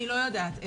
אני לא יודעת איך,